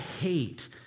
hate